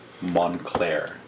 Montclair